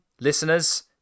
listeners